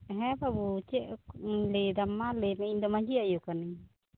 ᱦᱮᱸ ᱵᱟᱹᱵᱩ ᱪᱮᱫ ᱩᱸ ᱞᱟ ᱭᱮᱫᱟᱢ ᱢᱟ ᱞᱟ ᱭᱢᱮ ᱤᱧᱫᱚ ᱢᱟᱺᱡᱷᱤ ᱟᱭᱳ ᱠᱟᱹᱱᱟ ᱧ